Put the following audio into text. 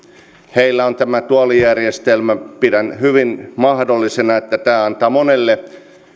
heillä on tämä tuolijärjestelmä pidän hyvin mahdollisena että tämä antaa monelle